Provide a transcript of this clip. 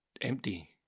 empty